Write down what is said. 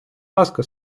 ласка